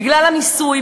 בגלל המיסוי,